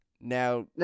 Now